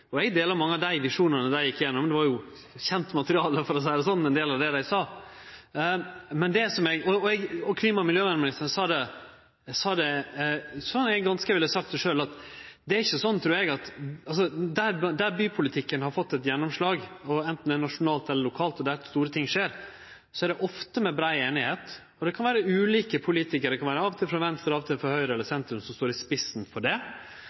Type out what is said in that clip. som eg presenterte gjennom ti bod, og eg deler mange av dei visjonane dei gjekk gjennom. Det var kjent materiale – for å seie det sånn – ein del av det dei sa. Klima- og miljøministeren sa det ganske sånn som eg ville ha sagt det sjølv. Der bypolitikken har fått gjennomslag, enten det er nasjonalt eller lokalt, og der store ting skjer, er det ofte med brei einigheit. Det kan vere ulike politikarar – av og til frå venstresida og av og til frå høgresida eller sentrum – som står i spissen for det.